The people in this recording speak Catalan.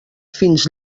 fins